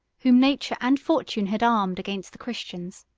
whom nature and fortune had armed against the christians.